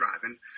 driving